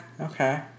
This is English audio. okay